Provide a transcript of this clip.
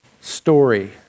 story